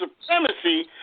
supremacy